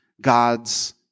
God's